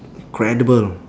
incredible